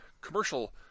commercial